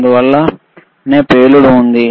అందువల్లనే పేలుడు సంభవిస్తుంది